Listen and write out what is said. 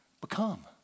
become